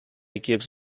gives